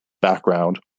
background